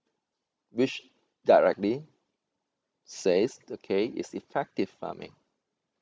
which directly says okay it's effective farming